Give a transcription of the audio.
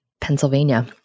Pennsylvania